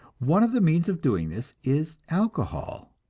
one of the means of doing this is alcohol,